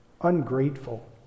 ungrateful